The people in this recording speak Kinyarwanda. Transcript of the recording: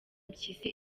mpyisi